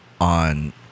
on